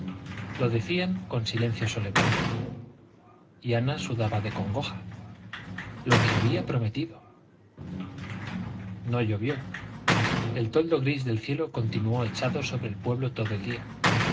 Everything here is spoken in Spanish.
lo decían con silencio solemne y ana sudaba de congoja lo que había prometido no llovió el toldo gris del cielo continuó echado sobre el pueblo todo el día